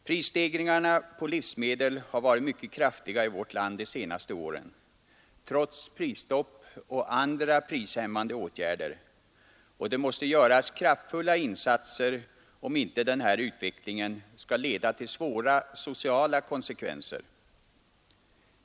Prisstegringen på livsmedel har varit mycket kraftig i vårt land de senaste åren, trots prisstopp och andra prishämmande åtgärder, och det måste göras kraftfulla insatser om inte denna utveckling skall leda till svåra sociala konsekvenser.